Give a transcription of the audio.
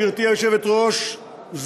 גברתי היושבת-ראש,